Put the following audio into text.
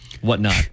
whatnot